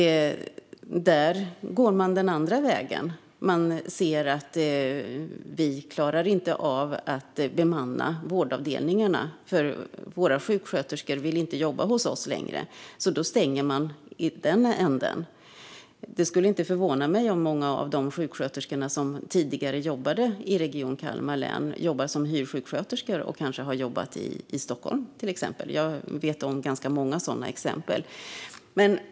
Där går de den andra vägen. De ser att de inte klarar av att bemanna vårdavdelningarna, för deras sjuksköterskor vill inte jobba hos dem längre. Då stänger de i den änden. Det skulle inte förvåna mig om många av de sjuksköterskor som tidigare jobbade i Region Kalmar län jobbar som hyrsjuksköterskor och kanske till exempel har jobbat i Stockholm. Jag vet om ganska många sådana exempel.